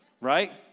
right